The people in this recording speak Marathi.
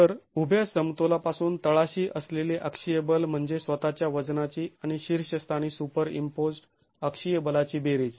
तर उभ्या समतोलापासून तळाशी असलेले अक्षीय बल म्हणजे स्वतःच्या वजनाची आणि शीर्षस्थानी सुपरईम्पोज्ड् अक्षीय बलाची बेरीज